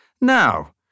now